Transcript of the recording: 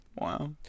Wow